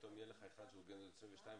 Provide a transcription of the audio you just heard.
פתאום יהיה לך אחד שהוא בן 22 וחודש.